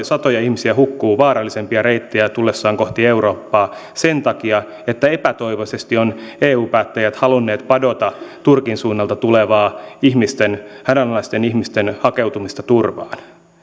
satoja ihmisiä tullessaan vaarallisempia reittejä kohti eurooppaa hukkuu sen takia että epätoivoisesti ovat eu päättäjät halunneet padota turkin suunnalta tulevaa hädänalaisten ihmisten hakeutumista turvaan